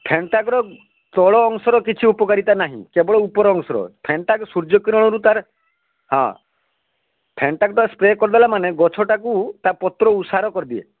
ଫେଣ୍ଟାଗ୍ରୋ ତଳ ଅଂଶର କିଛି ଉପକାରିତା ନାହିଁ କେବଳ ଉପର ଅଂଶର ଫେଣ୍ଟା ସୂର୍ଯ୍ୟ କିରଣରୁ ତାର ହଁ ଫେଣ୍ଟାଟା ସ୍ପ୍ରେ କରିଦେଲା ମାନେ ଗଛଟାକୁ ତା ପତ୍ର ଓସାର କରିଦିଏ